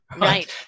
Right